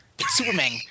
Superman